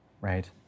right